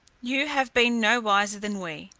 you have been no wiser than we,